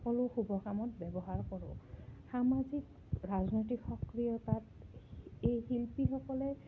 সকলো শুভকামত ব্যৱহাৰ কৰোঁ সামাজিক ৰাজনৈতিক সক্ৰিয়তাত এই শিল্পীসকলে